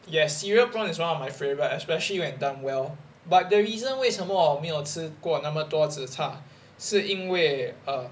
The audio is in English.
yes cereal prawn is one of my favorite especially when done well but the reason 为什么我没有吃过那么多 zi char 是因为 err